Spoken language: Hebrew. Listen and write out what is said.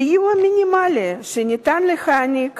סיוע מינימלי שניתן להעניק